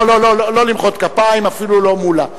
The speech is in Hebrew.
לא למחוא כפיים, אפילו לא מולה.